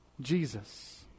Jesus